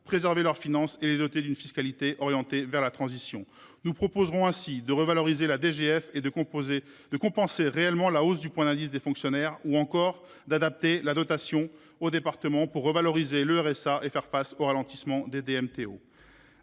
préserver leurs finances et les doter d’une fiscalité orientée vers la transition écologique. Nous proposerons ainsi de revaloriser la DGF, de compenser réellement la hausse du point d’indice des fonctionnaires ou encore d’adapter la dotation aux départements pour qu’ils puissent revaloriser le revenu de